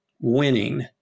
winning